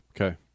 Okay